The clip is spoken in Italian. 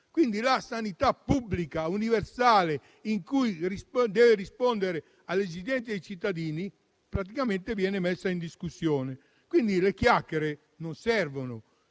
pubblico. La sanità pubblica universale, che deve rispondere alle esigenze dei cittadini, praticamente viene messa in discussione. Le chiacchiere non servono.